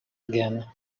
again